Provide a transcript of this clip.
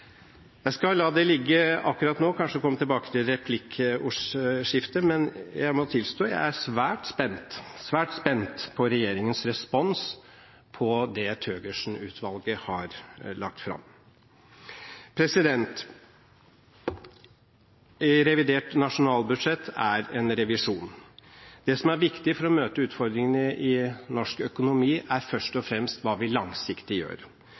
Jeg skal la det ligge akkurat nå og kanskje komme tilbake til det i replikkordskiftet, men jeg må tilstå at jeg er svært spent – svært spent – på regjeringens respons på det Thøgersen-utvalget har lagt fram. Revidert nasjonalbudsjett er en revisjon. Det som er viktig for å møte utfordringene i norsk økonomi, er først og fremst hva vi langsiktig gjør.